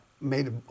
made